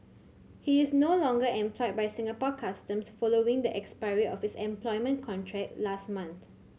he is no longer employed by Singapore Customs following the expiry of his employment contract last month